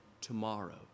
tomorrow